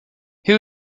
who